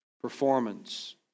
performance